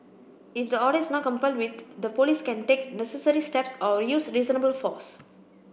if the order is not complied with the Police can take necessary steps or use reasonable force